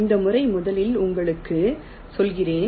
இந்த முறை முதலில் உங்களுக்கு சொல்கிறேன்